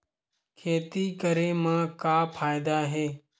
खेती करे म का फ़ायदा हे?